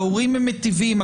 ההורים מיטיבים,